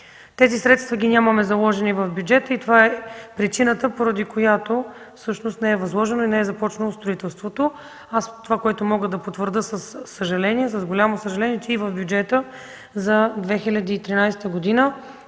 лв. Средствата ги нямаме заложени в бюджета и това е причината, поради която всъщност не е възложено и не е започнало строителството. Мога да потвърдя, с голямо съжаление, че и в бюджета за 2013 г.